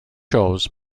shows